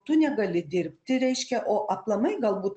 tu negali dirbti reiškia o aplamai galbūt